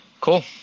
cool